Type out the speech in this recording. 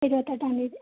ഇരുപത്തെട്ടാം തീയതി